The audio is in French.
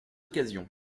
occasions